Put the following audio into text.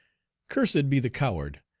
cursed be the coward,